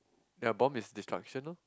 ya bomb is destruction lor